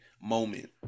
moment